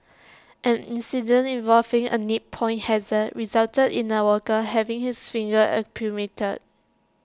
an incident involving A nip point hazard resulted in A worker having his fingers amputated